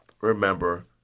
remember